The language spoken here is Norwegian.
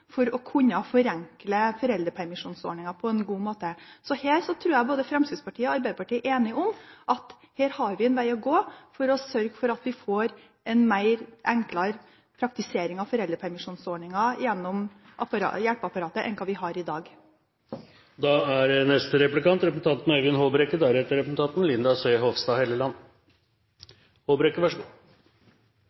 minst å kunne forenkle foreldrepermisjonsordningen på en god måte. Jeg tror både Fremskrittspartiet og Arbeiderpartiet er enige om at her har vi en vei å gå for å sørge for at vi får en enklere praktisering av foreldrepermisjonsordningen gjennom hjelpeapparatet enn vi har i dag. Barnelovgivningen vår er